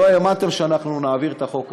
לא האמנתם שאנחנו נעביר את החוק הזה.